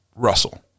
russell